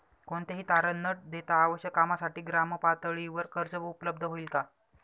कोणतेही तारण न देता आवश्यक कामासाठी ग्रामपातळीवर कर्ज उपलब्ध होईल का?